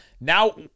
now